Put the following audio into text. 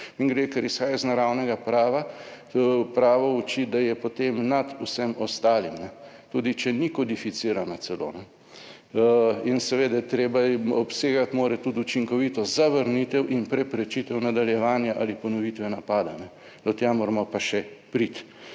Mimogrede, ker izhaja iz naravnega prava, pravo uči, da je potem nad vsem ostalim, tudi če ni kodificirana celo in seveda treba je, obsegati mora tudi učinkovito zavrnitev in preprečitev nadaljevanja ali ponovitve napada, do tja moramo pa še priti